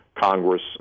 Congress